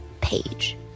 page